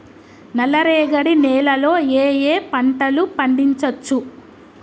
నల్లరేగడి నేల లో ఏ ఏ పంట లు పండించచ్చు?